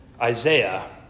Isaiah